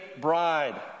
bride